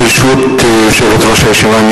ברשות יושבת-ראש הישיבה,